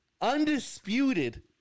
undisputed